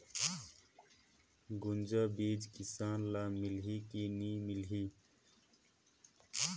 गुनजा बिजा किसान ल मिलही की नी मिलही?